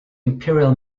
imperial